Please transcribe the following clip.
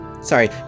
Sorry